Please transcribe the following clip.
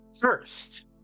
First